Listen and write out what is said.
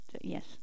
yes